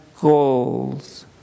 goals